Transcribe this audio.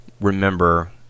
remember